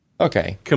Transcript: Okay